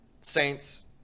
Saints